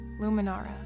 Luminara